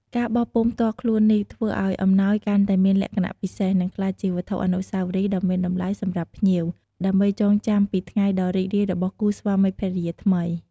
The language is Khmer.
ការបោះពុម្ពផ្ទាល់ខ្លួននេះ ធ្វើឲ្យអំណោយកាន់តែមានលក្ខណៈពិសេស និងក្លាយជាវត្ថុអនុស្សាវរីយ៍ដ៏មានតម្លៃសម្រាប់ភ្ញៀវ ដើម្បីចងចាំពីថ្ងៃដ៏រីករាយរបស់គូស្វាមីភរិយាថ្មី។